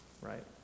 right